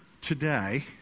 today